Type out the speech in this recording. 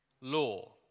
Law